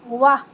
ৱাহ